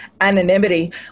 anonymity